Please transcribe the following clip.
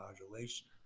modulation